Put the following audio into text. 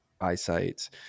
eyesight